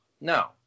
no